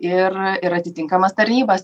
ir ir atitinkamas tarnybas